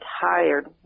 tired